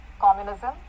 Communism